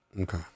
Okay